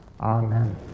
Amen